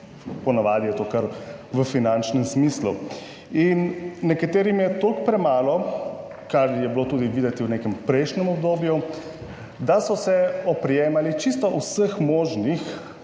po navadi je to kar v finančnem smislu in nekaterim je toliko premalo, kar je bilo tudi videti v nekem prejšnjem obdobju, da so se oprijemali čisto vseh možnih